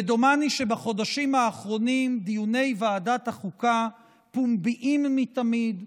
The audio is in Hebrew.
ודומני שבחודשים האחרונים דיוני ועדת החוקה פומביים מתמיד,